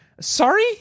sorry